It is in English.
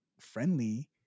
friendly